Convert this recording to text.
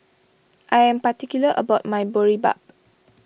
I am particular about my Boribap